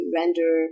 render